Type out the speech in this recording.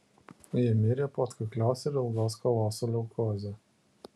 ji mirė po atkaklios ir ilgos kovos su leukoze